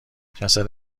جسد